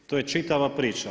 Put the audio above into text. To je čitava priča.